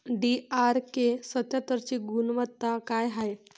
DRK सत्यात्तरची गुनवत्ता काय हाय?